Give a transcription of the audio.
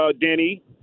Denny